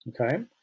Okay